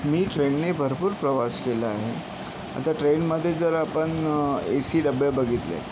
मी ट्रेनने भरपूर प्रवास केला आहे आता ट्रेनमध्ये जर आपण ए सी डबे बघितले